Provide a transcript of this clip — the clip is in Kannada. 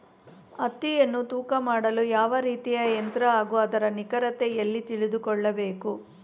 ಹತ್ತಿಯನ್ನು ತೂಕ ಮಾಡಲು ಯಾವ ರೀತಿಯ ಯಂತ್ರ ಹಾಗೂ ಅದರ ನಿಖರತೆ ಎಲ್ಲಿ ತಿಳಿದುಕೊಳ್ಳಬೇಕು?